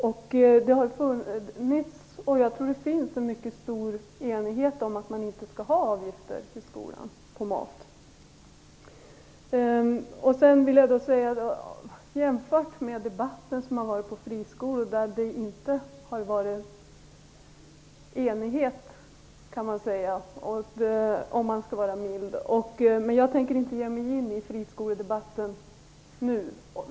Jag tror också att det finns en mycket stor enighet om att man inte skall ha avgifter på maten i skolan. Den här debatten kan jämföras med den om friskolorna, där det milt sagt inte har rått enighet. Jag tänker inte ge mig in i friskoledebatten nu.